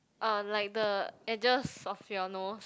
uh like the edges of your nose